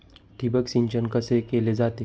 ठिबक सिंचन कसे केले जाते?